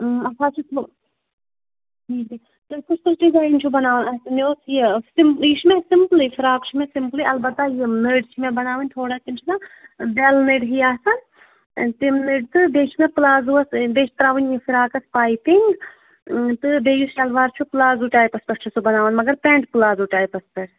اۭں اَتھ حظ چھُ ٹھیٖک تُہۍ کُس کُس ڈِزایِن چھُو بَناوان آسہِ مےٚ اوس یہِ یہِ چھُ مےٚ سِمپٕلٕے فراک چھُ مےٚ سِمپٕلٕے اَلبتہ یِم نٔرۍ چھِ مےٚ بَناوٕنۍ تھوڑا تِم چھِنا بٮ۪ل نٔرۍ ہِی آسان تِم نٔرۍ تہٕ بیٚیہِ چھِ مےٚ پٕلازوَس بیٚیہِ چھِ ترٛاوٕنۍ یہِ فِراکَس پایپِنٛگ تہٕ بیٚیہِ یُس الوار چھُ پٕلازو ٹایپَس پٮ۪ٹھ چھُ سُہ بَناوان مگر پٮنٛٹ پٕلازو ٹایپَس پٮ۪ٹھ